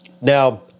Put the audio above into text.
Now